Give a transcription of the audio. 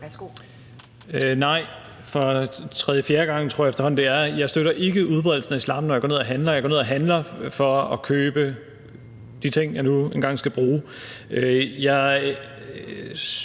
Nej, for tredje-fjerde gang tror jeg efterhånden det er: Jeg støtter ikke udbredelsen af islam, når jeg går ned og handler. Jeg går ned og handler for at købe de ting, jeg nu engang skal bruge.